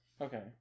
Okay